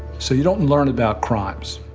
so you don't learn about crimes